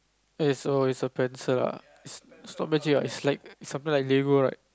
K so is a pencil ah is is not pencil right is is something like Lego right